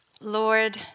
Lord